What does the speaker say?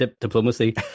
diplomacy